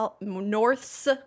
north's